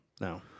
No